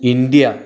India